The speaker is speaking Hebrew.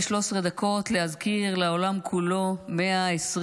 לעולם לא תביס את הפשע המאורגן.